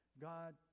God